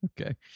okay